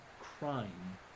crime